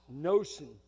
notion